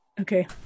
Okay